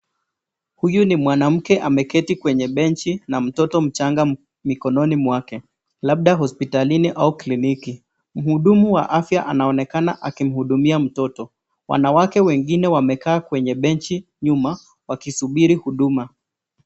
Huyu ni mwanamke ameketi kwenye benchi na mtoto mchanga mikononi mwake. Labda hospitalini au kliniki. Mhudumu wa afya anaonekana akimhudumia mtoto. Wanawake wengine wamekaa kwenye benchi nyuma wakisubiri huduma.